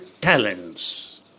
talents